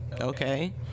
okay